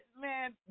man